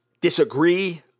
disagree